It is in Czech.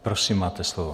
Prosím, máte slovo.